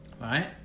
Right